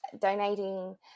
donating